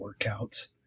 workouts